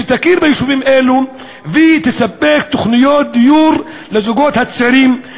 שתכיר ביישובים האלו ותספק תוכניות דיור לזוגות הצעירים,